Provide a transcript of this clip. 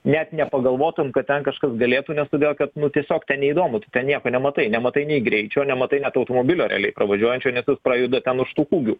net nepagalvotum kad ten kažkas galėtų nes todėl kad nu tiesiog ten neįdomu tu ten nieko nematai nematai nei greičio nematai net automobilio realiai pravažiuojančio nes jis prajuda ten už tų kūgių